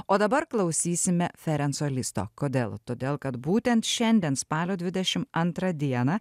o dabar klausysime ferenco listo kodėl todėl kad būtent šiandien spalio dvidešimt antrą dieną